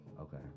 Okay